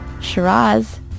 Shiraz